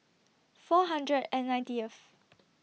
four hundred and ninetieth